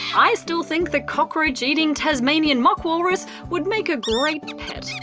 i still think the cockroach-eating tasmanian mock walrus would make a great pet.